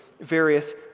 various